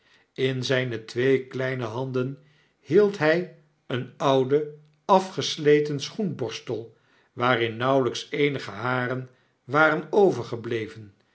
in zijne twee kleine handen hield hjj een ouden afgesleten schoenborstel waarin nauwelps eenige haren waren overgebleven